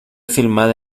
filmada